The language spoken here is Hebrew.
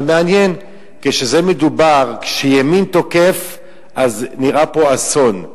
אבל מעניין: כשהימין תוקף זה נראה פה אסון,